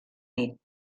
nit